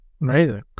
Amazing